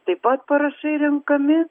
taip pat parašai renkami